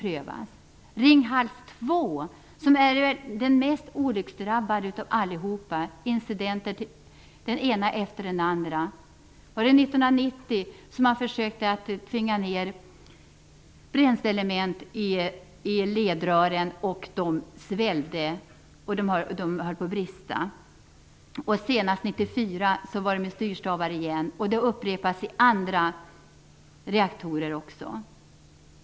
Ringhals 2 är den mest olycksdrabbade av alla kärnkraftverk med den ena incidenten efter den andra. Jag tror att det var 1990 som man försökte tvinga ner bränsleelement i ledrören som svällde och höll på att brista. Senast 1994 hände det åter med styrstavar, vilket vid upprepade tillfällen också händer i andra reaktorer.